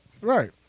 Right